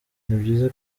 nibyiza